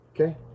okay